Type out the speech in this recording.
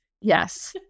Yes